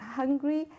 hungry